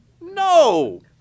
No